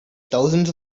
thousands